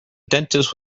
dentist